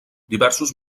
diversos